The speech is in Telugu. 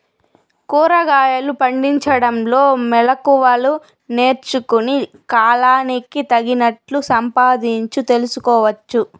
కూరగాయలు పండించడంలో మెళకువలు నేర్చుకుని, కాలానికి తగినట్లు సంపాదించు తెలుసుకోవచ్చు